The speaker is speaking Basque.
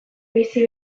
bizi